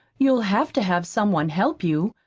you'll have to have some one help you.